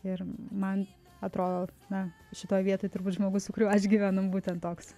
ir man atrodo na šitoj vietoj turbūt žmogus su kuriuo aš gyvenu būtent toks